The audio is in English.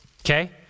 Okay